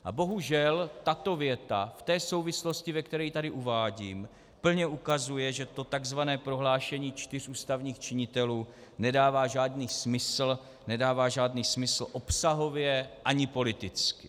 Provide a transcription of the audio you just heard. A bohužel tato věta v té souvislosti, ve které ji tady uvádím, plně ukazuje, že to takzvané prohlášení čtyř ústavních činitelů nedává žádný smysl, nedává žádný smysl obsahově ani politicky.